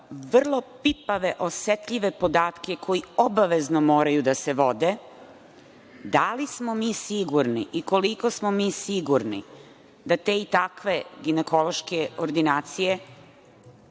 vrlo pipave, osetljive podatke koji obavezno moraju da se vode, da li smo mi sigurni i koliko smo mi sigurni da te i takve ginekološke ordinacije